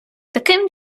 таким